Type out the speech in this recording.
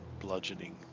bludgeoning